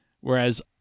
Whereas